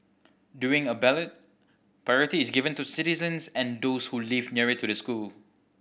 during a ballot priority is given to citizens and those who live nearer to the school